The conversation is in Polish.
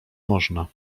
można